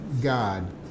God